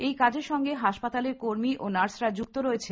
এই কাজের সঙ্গে হাসপাতালের কর্মী ও নার্সরা যুক্ত রয়েছে